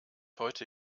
heute